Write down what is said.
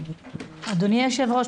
אדוני היו"ר,